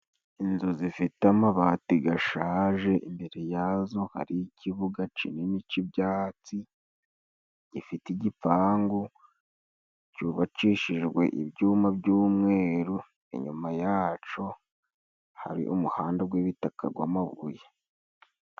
Inzu zifite amabati gashaje imbere yazo hari ikibuga kinini c'ibyatsi, gifite igipangu cyubakishijwe ibyuma by'umweru inyuma yaco hari umuhanda gw'ibitaka gw'amabuye.